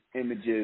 images